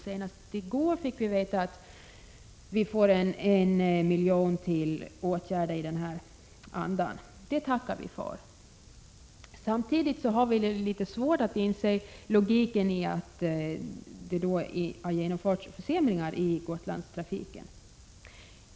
Senast i går fick vi veta att vi får 1 milj.kr. till åtgärder i denna anda. Det tackar vi för. Samtidigt har vi litet svårt att inse logiken i att det på samma gång har genomförts försämringar i Gotlandstrafiken.